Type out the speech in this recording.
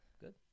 good